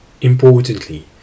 Importantly